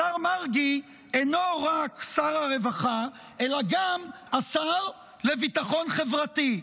השר מרגי אינו רק שר הרווחה אלא גם השר לביטחון חברתי,